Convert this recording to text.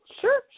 Sure